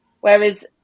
whereas